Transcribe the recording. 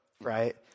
right